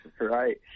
Right